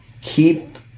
keep